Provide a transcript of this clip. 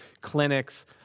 clinics